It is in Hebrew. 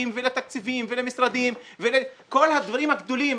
ולתקציבים ולמשרדים ולכל הדברים הגדולים.